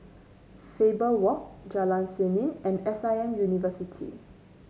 Faber Walk Jalan Seni and S I M University